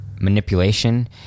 manipulation